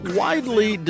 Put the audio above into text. widely